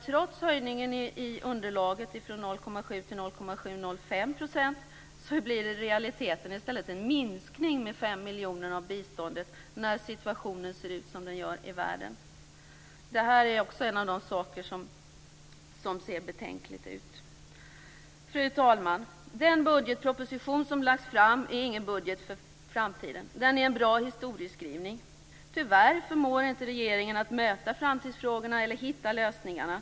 Trots höjningen i underlaget från 0,7 % till 0,705 % blir det i realiteten i stället en minskning av biståndet med 5 miljoner - när situationen ser ut som den gör i världen. Det är en av de saker som ser betänkliga ut. Fru talman! Den budgetproposition som har lagts fram är ingen budget för framtiden. Den är en bra historieskrivning. Tyvärr förmår inte regeringen att möta framtidsfrågorna eller hitta lösningarna.